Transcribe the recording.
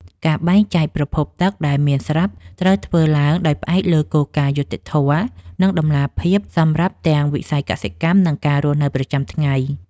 ការបែងចែកប្រភពទឹកដែលមានស្រាប់ត្រូវធ្វើឡើងដោយផ្អែកលើគោលការណ៍យុត្តិធម៌ និងតម្លាភាពសម្រាប់ទាំងវិស័យកសិកម្ម និងការរស់នៅប្រចាំថ្ងៃ។